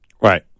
Right